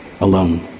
alone